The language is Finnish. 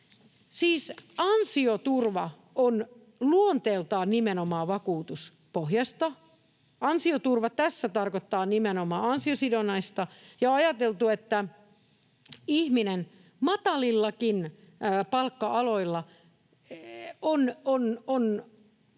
Siis ansioturva on luonteeltaan nimenomaan vakuutuspohjaista. Ansioturva tässä tarkoittaa nimenomaan ansiosidonnaista, ja on ajateltu, että ihminen matalillakin palkka-aloilla on